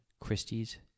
Christie's